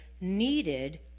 needed